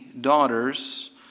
daughters